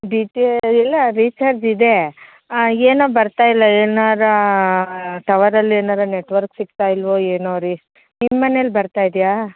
D T A ಇಲ್ಲ recharge ಇದೆ ಏನೋ ಬರ್ತಾಯಿಲ್ಲ ಏನಾರೂ ಟವರಲ್ಲಿ ಏನಾರೂ ನೆಟ್ವರ್ಕ್ ಸಿಗ್ತಾಯಿಲ್ಲವೋ ಏನೋ ರೀ ನಿಮ್ಮ ಮನೇಲ್ಲಿ ಬರ್ತಾಯಿದೆಯಾ